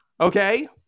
Okay